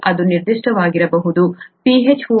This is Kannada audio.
ಇದು ಅದು ನಿರ್ದಿಷ್ಟವಾಗಿರಬಹುದು pH 4